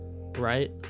right